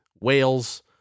whales